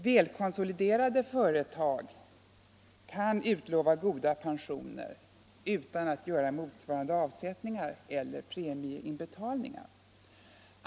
Välkonsoliderade företag kan utlova goda pensioner utan att göra motsvarande avsättningar eller premieinbetalningar.